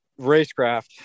racecraft